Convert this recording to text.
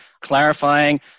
clarifying